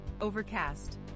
Overcast